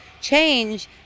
change